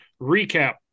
recap